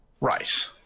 right